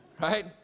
right